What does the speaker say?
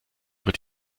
wird